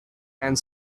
and